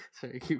Sorry